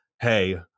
hey